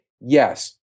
Yes